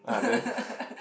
ah then